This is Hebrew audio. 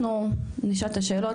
אנחנו נשאל את השאלות,